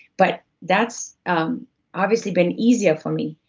but that's um obviously been easier for me,